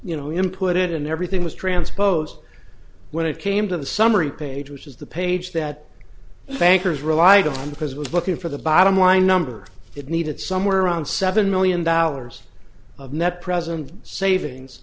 you know him put it in everything was transposed when it came to the summary page which is the page that bankers relied on because it was looking for the bottom line numbers it needed somewhere around seven million dollars of net present savings